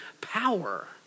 power